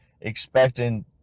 expecting